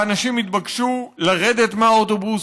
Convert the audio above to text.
האנשים התבקשו לרדת מהאוטובוס,